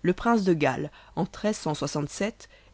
le prince de galles en